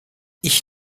ich